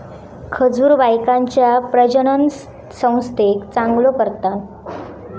खजूर बायकांच्या प्रजननसंस्थेक चांगलो करता